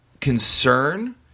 concern